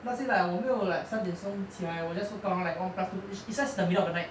not exact lah 我没有 like 三点钟起来我 just woke up around like one plus twoish it's just in the middle of the night